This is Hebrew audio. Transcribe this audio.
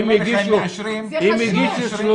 אם הגישו 30,